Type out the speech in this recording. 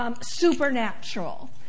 Supernatural